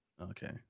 Okay